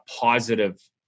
positive